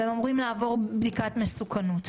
והם אמורים לעבור בדיקת מסוכנות,